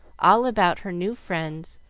all about her new friends,